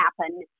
happen